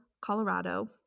Colorado